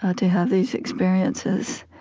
ah to have these experiences.